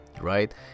right